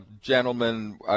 gentlemen